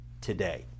today